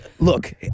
Look